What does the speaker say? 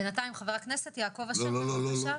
בינתיים, חבר הכנסת יעקב אשר, תרצה?